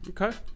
Okay